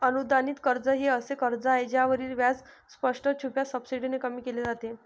अनुदानित कर्ज हे असे कर्ज आहे ज्यावरील व्याज स्पष्ट, छुप्या सबसिडीने कमी केले जाते